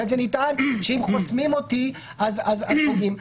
אחרי זה נטען שאם חוסמים אותי אז פוגעים.